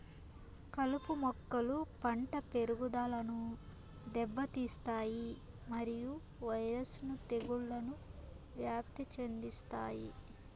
కలుపు మొక్కలు పంట పెరుగుదలను దెబ్బతీస్తాయి మరియు వైరస్ ను తెగుళ్లను వ్యాప్తి చెందిస్తాయి